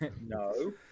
No